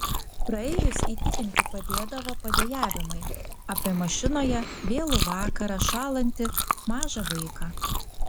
praeivius įtikinti padėdavo padejavimai apie mašinoje vėlų vakarą šąlantį mažą vaiką